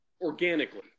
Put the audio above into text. organically